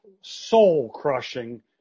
soul-crushing